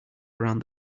around